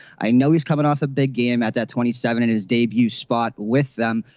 i know he's coming off a big game at that twenty seven in his debut spot with them.